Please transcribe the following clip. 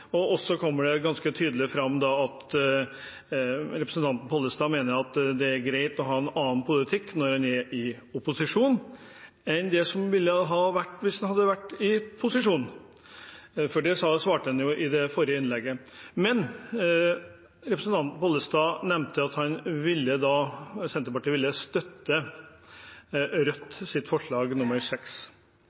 kommer også ganske tydelig fram at representanten Pollestad mener det er greit å ha en annen politikk når en er i opposisjon, enn det en ville hatt hvis en var i posisjon. Det svarte han i det forrige innlegget. Men representanten Pollestad nevnte at Senterpartiet ville støtte forslag nr. 6, fra Rødt.